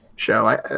show